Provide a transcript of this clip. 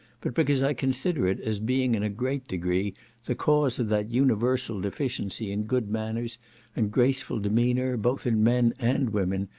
but because i consider it as being in a great degree the cause of that universal deficiency in good manners and graceful demeanour, both in men and women,